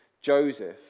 Joseph